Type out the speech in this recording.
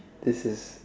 this is